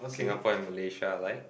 Singapore and Malaysia like